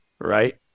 right